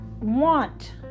want